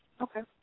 Okay